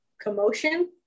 commotion